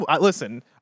Listen